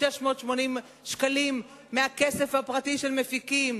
680 מיליון מהכסף הפרטי של מפיקים.